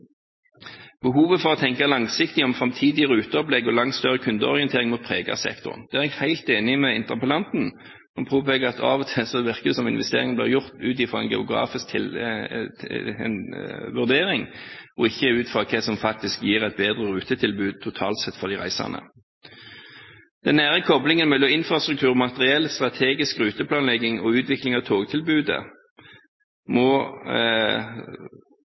Behovet for å tenke langsiktig om framtidige ruteopplegg og langt større kundeorientering må prege sektoren. Der er jeg helt enig med interpellanten. Han påpeker at av og til så virker det som investeringen blir gjort ut fra en geografisk vurdering, og ikke ut fra hva som faktisk gir et bedre rutetilbud totalt sett for de reisende. Den nære koblingen mellom infrastruktur og materiell, strategisk ruteplanlegging og utvikling av togtilbudet må